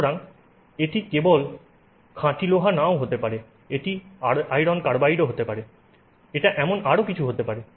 সুতরাং এটি কেবল খাঁটি লোহা নাও হতে পারে এটি আয়রন কার্বাইড হতে পারে এটা এমন আরো কিছু হতে পারে